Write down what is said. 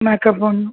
makeup போடணும்